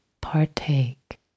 partake